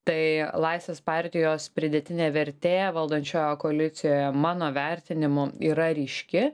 tai laisvės partijos pridėtinė vertė valdančiojoje koalicijoje mano vertinimu yra ryški